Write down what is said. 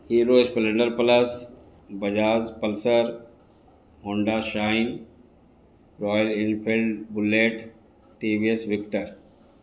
hero splendor plus Bajaj pulsar Honda shine Royal Enfield bullet TVS victor